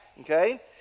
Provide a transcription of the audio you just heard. Okay